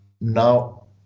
Now